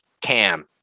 Cam